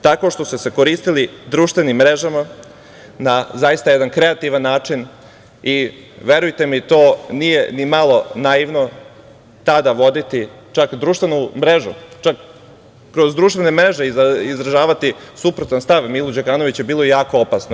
Tako što su se koristili društvenim mrežama na zaista jedan kreativan način i, verujte mi, nije ni malo naivno voditi društvenu mrežu, kroz društvene mreže izražavati suprotan stav Milu Đukanoviću bilo je jako opasno.